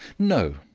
no,